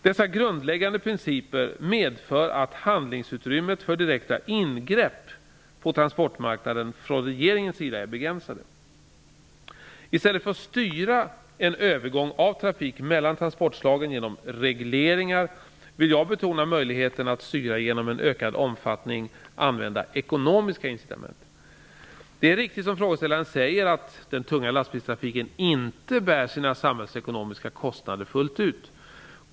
Dessa grundläggande principer medför att handlingsutrymmet för direkta ingrepp på transportmarknaden från regeringens sida är begränsade. I stället för att styra en övergång av trafik mellan transportslagen genom regleringar vill jag betona möjligheten att styra genom att i ökad omfattning använda ekonomiska incitament. Det är riktigt som frågeställaren säger att den tunga lastbilstrafiken inte bär sina samhällsekonomiska kostnader fullt ut.